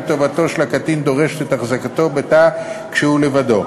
טובתו של הקטין דורשת את החזקתו בתא כשהוא לבדו.